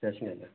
ଯାସି ଆଜ୍ଞା